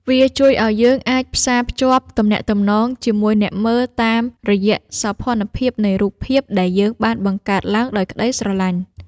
វាជួយឱ្យយើងអាចផ្សារភ្ជាប់ទំនាក់ទំនងជាមួយអ្នកមើលតាមរយៈសោភ័ណភាពនៃរូបភាពដែលយើងបានបង្កើតឡើងដោយក្តីស្រឡាញ់។